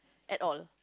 at all